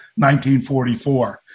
1944